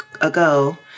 ago